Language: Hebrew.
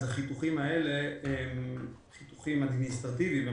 החיתוכים האלה הם חיתוכים אדמיניסטרטיביים,